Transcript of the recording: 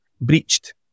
breached